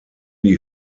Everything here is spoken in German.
die